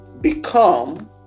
become